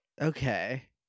okay